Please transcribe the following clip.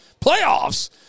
playoffs